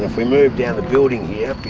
we move down the building here,